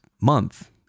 month